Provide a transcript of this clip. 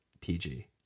PG